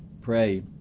pray